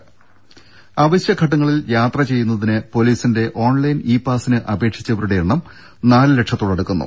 ദേദ അവശ്യ ഘട്ടങ്ങളിൽ യാത്ര ചെയ്യുന്നതിന് പോലീസിന്റെ ഓൺലൈൻ ഇ പാസിന് അപേക്ഷിച്ചവരുടെ എണ്ണം നാല് ലക്ഷത്തോടടുക്കുന്നു